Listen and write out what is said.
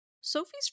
Sophie's